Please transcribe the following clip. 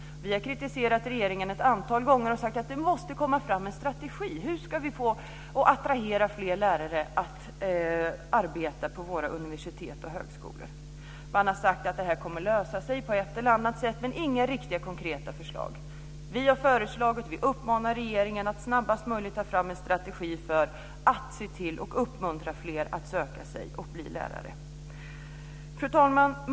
Vi har ett antal gånger kritiserat regeringen och sagt att det måste komma fram en strategi för hur vi ska attrahera fler lärare att arbeta på våra universitet och högskolor. Man har sagt att det här kommer att lösa sig på ett eller annat sätt men inte lagt fram några riktiga konkreta förslag. Vi uppmanar regeringen att snabbast möjligt ta fram en strategi för att uppmuntra fler att bli lärare. Fru talman!